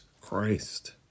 Christ